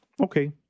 Okay